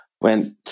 went